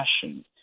passion